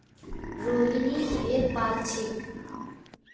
रोहिनी भेड़ पा ल छेक